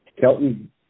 Kelton